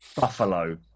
Buffalo